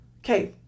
Okay